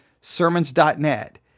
Sermons.net